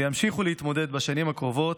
וימשיכו להתמודד בשנים הקרובות,